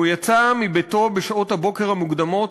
והוא יצא מביתו בשעות הבוקר המוקדמות